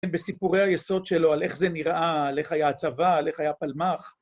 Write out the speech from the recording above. בסיפורי היסוד שלו, על איך זה נראה, על איך היה הצבא, על איך היה הפלמ"ח.